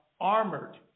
armored